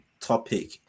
topic